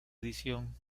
edición